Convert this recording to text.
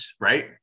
right